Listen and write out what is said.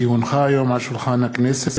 כי הונחה היום על שולחן הכנסת,